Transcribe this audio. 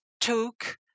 took